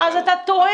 לא, אז אתה טועה.